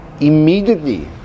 immediately